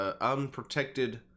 unprotected